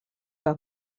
que